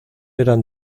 eran